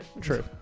True